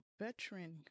veteran